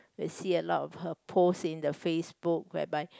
you see a lot of her post in the FaceBook whereby